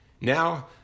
Now